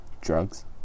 Drugs